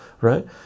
right